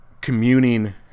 communing